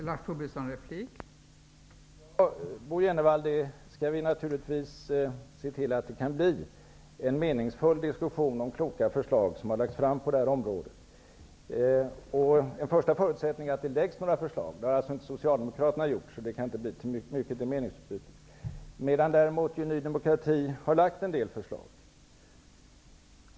Fru talman! Ja, Bo G Jenevall, vi skall naturligtvis se till att det kan bli en meningsfull diskussion om kloka förslag som har lagts fram på det här området. En första förutsättning är att det läggs fram några förslag. Det har alltså inte Socialdemokraterna gjort. Det kan inte bli mycket till meningsutbyte där. Däremot har Ny demokrati lagt fram en del förslag.